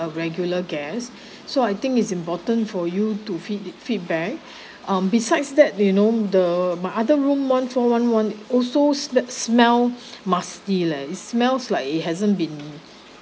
a regular guest so I think is important for you to feed feedback um besides that you know the my other room one four one one also that smelled musty leh it smells like it hasn't been